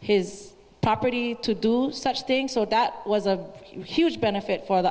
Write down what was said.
his property to do such things so that was a huge benefit for the